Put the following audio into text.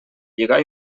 lligar